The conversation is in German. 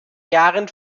jahren